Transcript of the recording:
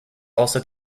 also